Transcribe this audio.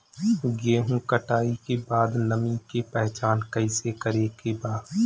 गेहूं कटाई के बाद नमी के पहचान कैसे करेके बा?